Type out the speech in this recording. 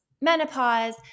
menopause